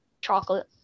Chocolate